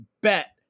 bet